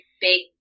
big